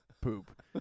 poop